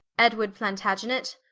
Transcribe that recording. edward plantagenet,